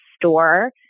store